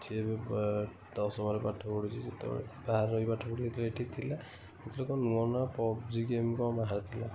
ସିଏ ଏବେ ଦଶମରେ ପାଠ ପଢ଼ୁଛି ସେତେବେଳେ ବାହାରେ ରହି ପାଠ ପଢ଼ିବ ଯେତେବେଳେ ଏଠି ଥିଲା ସେତେବେଳେ କ'ଣ ନୂଆ ନୂଆ ପବ୍ଜି ଗେମ୍ କ'ଣ ବାହାରିଥିଲା